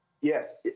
Yes